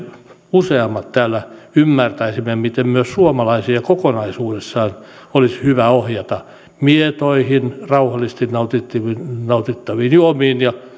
useammat täällä ymmärtäisimme miten myös suomalaisia kokonaisuudessaan olisi hyvä ohjata mietoihin rauhallisesti nautittaviin nautittaviin juomiin ja